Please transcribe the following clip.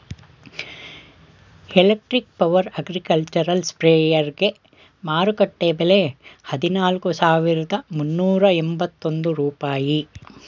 electric power agricultural ಸ್ಪ್ರೆಯರ್ಗೆ ಮಾರುಕಟ್ಟೆ ಬೆಲೆ ಹದಿನಾಲ್ಕು ಸಾವಿರದ ಮುನ್ನೂರ ಎಂಬತ್ತೊಂದು ರೂಪಾಯಿ